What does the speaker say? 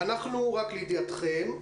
לידיעתכם,